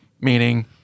meaning